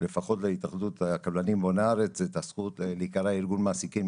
לפחות להתאחדות הקבלנים בוני הארץ את הזכות להיקרא ארגון מעסיקים,